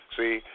see